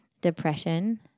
depression